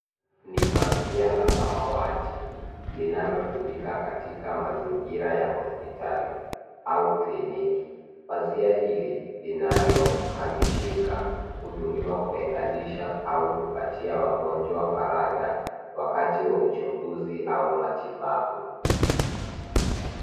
Ni pazia la samawati linalotumika katika mazingira ya hospitali au kliniki. Pazia hili linalohamishika hutumiwa kutenganisha au kupatia wajonjwa faragha wakati wa uchunguzi au matibabu.